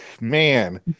man